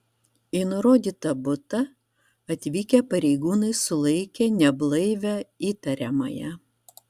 į nurodytą butą atvykę pareigūnai sulaikė neblaivią įtariamąją